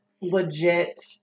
legit